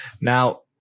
Now